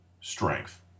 strength